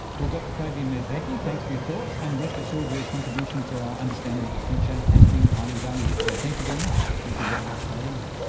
dr fabien medvecky, thanks for your thoughts, and rest assured your contribution to our understanding of the future has been highly valued, so thank you very much. thank you very much for having me.